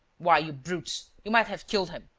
why, you brutes, you might have killed him.